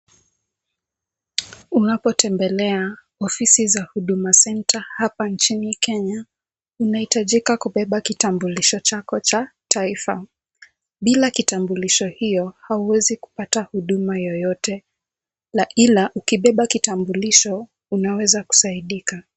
Unapotembelea ofisi za Huduma Centre hapa nchini Kenya, unaitajika kubeba kitambulisho chako cha taifa , bila kitambulisho hiyo hauwezi kupata huduma yeyote na ila ukibeba kitambulisho unaweza kusaidika .